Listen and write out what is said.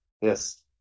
Yes